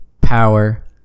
power